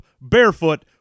barefoot